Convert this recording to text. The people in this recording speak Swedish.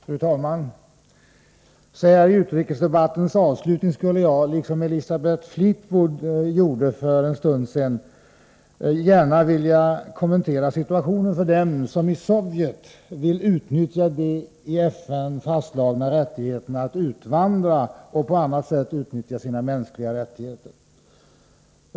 Fru talman! Så här i utrikesdebattens avslutning skulle jag — liksom Elisabeth Fleetwood gjorde för en stund sedan — vilja kommentera situationen för dem som i Sovjet vill utnyttja de i FN fastslagna rättigheterna att utvandra och på annat sätt utnyttja sina mänskliga rättigheter.